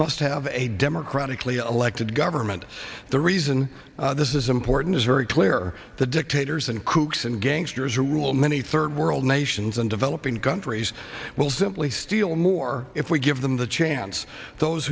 must have a democratically elected government the reason this is important is very clear the dictators and kooks and gangsters rule many third world nations and developing countries will simply steal more if we give them the chance those